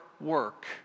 work